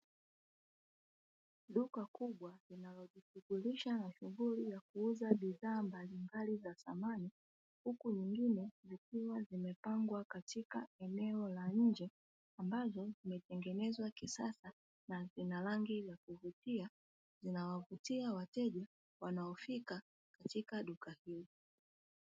Duka kubwa linalo jishughulisha na shughuli ya kuuza bidhaa mbalimbali za samani. Huku nyingine zikiwa zimepangwa katika eneo la nje, ambazo zimetengenezwa kisasa na zina rangi za kuvutia, zinawavutia wateja wanaofika katika duka hilo.